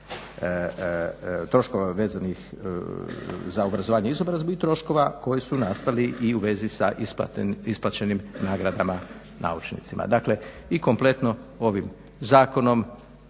troškova vezanih za obrazovanje i izobrazbu i troškova koji su nastali i u vezi sa isplaćenim nagradama naučnicima. Dakle i kompletno ovim zakonom